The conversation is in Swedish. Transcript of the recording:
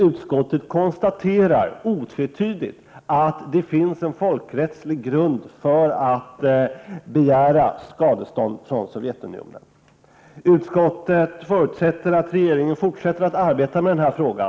Utskottet konstaterar otvetydigt att det finns en folkrättslig grund för att begära skadestånd från Sovjetunionen. Utskottet förutsätter att regeringen fortsätter att arbeta med denna fråga.